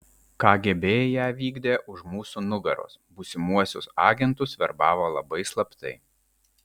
kgb ją vykdė už mūsų nugaros būsimuosius agentus verbavo labai slaptai